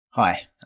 Hi